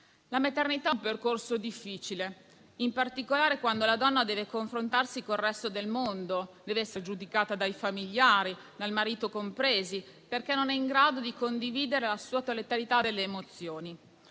La maternità è un percorso difficile, in particolare quando la donna deve confrontarsi con il resto del mondo, deve essere giudicata da familiari e marito, che non è in grado di condividere la totalità delle emozioni.